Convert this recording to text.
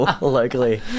locally